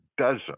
dozen